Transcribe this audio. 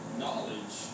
knowledge